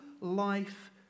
life